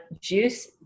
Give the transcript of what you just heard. juice